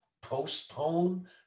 Postpone